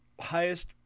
highest